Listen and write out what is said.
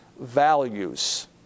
values